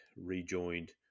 rejoined